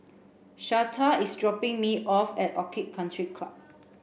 Shasta is dropping me off at Orchid Country Club